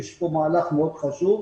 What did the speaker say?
יש פה מהלך מאוד חשוב.